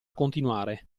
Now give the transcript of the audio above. continuare